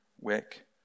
wick